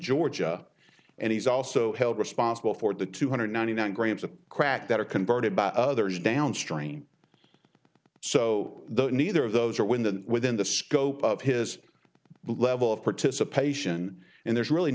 georgia and he's also held responsible for the two hundred ninety nine grams of crack that are converted by others downstream so the neither of those are when that within the scope of his level of participation and there's really